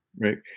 right